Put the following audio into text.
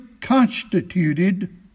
constituted